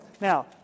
Now